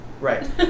Right